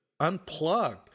unplug